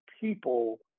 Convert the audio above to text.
people